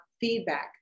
feedback